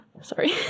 Sorry